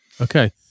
Okay